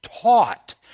taught